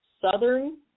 Southern